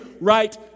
right